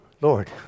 Lord